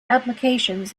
applications